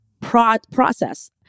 process